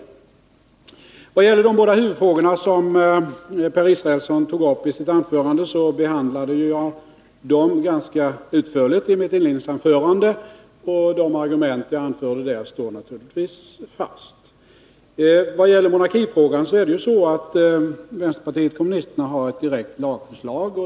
I vad gäller de båda huvudfrågor som Per Israelsson tog upp behandlade jag dem ganska utförligt i mitt inledningsanförande, och de argument som jag anförde står naturligtvis fast. I monarkifrågan har vänsterpartiet kommunisterna ett direkt lagförslag.